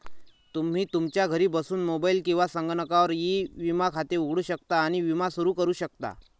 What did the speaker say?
तुम्ही तुमच्या घरी बसून मोबाईल किंवा संगणकावर ई विमा खाते उघडू शकता आणि विमा सुरू करू शकता